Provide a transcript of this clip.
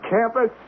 campus